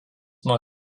nuo